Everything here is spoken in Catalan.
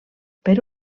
per